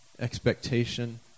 expectation